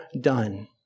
done